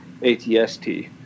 ATST